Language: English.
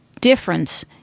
difference